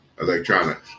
electronics